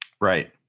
Right